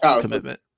commitment